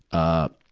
ah,